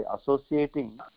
associating